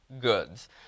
goods